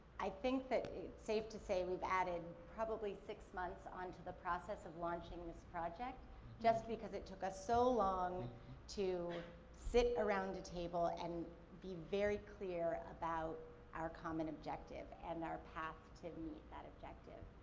i think that it's safe to say we've added probably six months onto the process of launching this project just because it took us so long to sit around the table and be very clear about our common objective and our path to meeting that objective.